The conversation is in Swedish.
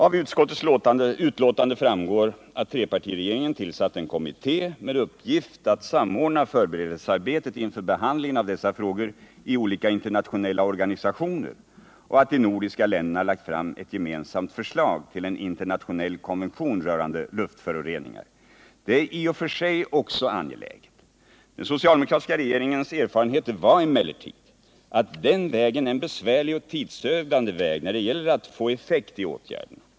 Av utskottets betänkande framgår att trepartiregeringen tillsatte en kommitté med uppgift att samordna förberedelsearbetet inför behandlingen av dessa frågor i olika internationella organisationer. Av betänkandet framgår också att de nordiska länderna lagt fram ett gemensamt förslag till en internationell konvention rörande luftföroreningar. Det är i och för sig också angeläget. Den socialdemokratiska regeringens erfarenheter var emellertid att den vägen är en besvärlig och tidsödande väg när det gäller att få effekt av åtgärderna.